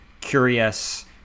curious